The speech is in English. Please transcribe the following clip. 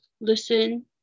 listen